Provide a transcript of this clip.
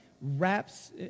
wraps